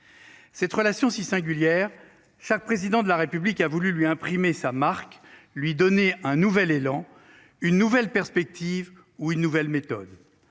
Cette relation si singulière chaque président de la République a voulu lui imprimer sa marque, lui donner un nouvel élan, une nouvelle perspective ou une nouvelle méthode.